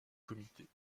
comité